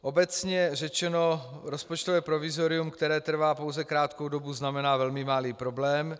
Obecně řečeno, rozpočtové provizorium, které trvá pouze krátkou dobu, znamená velmi malý problém.